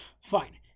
Fine